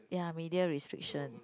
ya media restriction